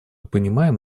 понимаем